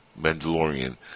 Mandalorian